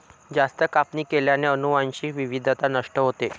जास्त कापणी केल्याने अनुवांशिक विविधता नष्ट होते